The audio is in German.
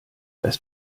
das